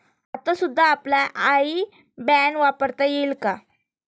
आता सुद्धा आपला आय बॅन वापरता येईल का?